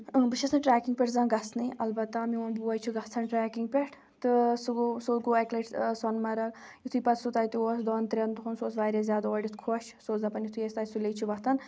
بہٕ چھس نہٕ ٹرٛیکِنٛگ پٮ۪ٹھ زانٛہہ گَژھنٕے البتہ میون بوے چھُ گژھان ٹرٛیکِنٛگ پٮ۪ٹھ تہٕ سُہ گوٚو سُہ گوٚو اَکہِ لَٹہِ سۄنہٕ مَرٕگ یُتھُے پَتہٕ سُہ تَتہِ اوس دۄن ترٛیٚن دوٚہَن سُہ اوس واریاہ زیادٕ اورٕ یِتھ خۄش سُہ اوس دَپَن یُتھُے أسۍ تَتہِ سُلے چھِ وَتھان